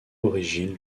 origine